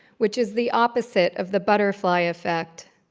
which is the opposite of the butterfly effect,